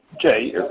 Jay